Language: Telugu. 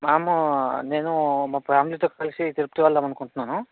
మ్యామ్ నేను మా ఫామిలీతో కలిసి తిరుపతి వెళ్ళాలనుకుంటున్నాను